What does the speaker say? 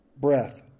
breath